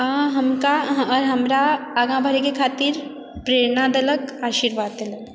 आओर हुनका आर हमरा आगा बढैके खातिर प्रेरणा देलक आशीर्वाद देलक